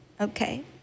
okay